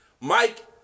Mike